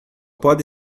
pode